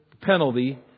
penalty